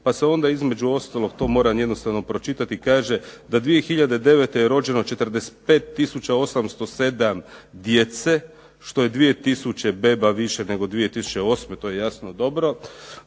pa se onda između ostalog to moram jednostavno pročitati kaže da 2009. je rođeno 45807 djece što je 2000 beba više nego 2008. To je jasno dobro.